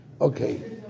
Okay